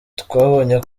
twabonye